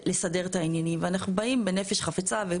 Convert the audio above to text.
הס"פ חובה יהיה ב-2026.